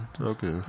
Okay